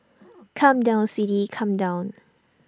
come down sweetie come down